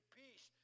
peace